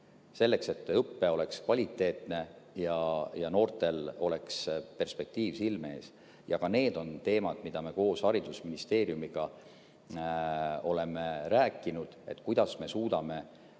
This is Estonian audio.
Selleks, et õpe oleks kvaliteetne ja noortel oleks perspektiiv silme ees. Ka need on teemad, mida me koos haridusministeeriumiga oleme rääkinud, et kuidas me suudame